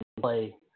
play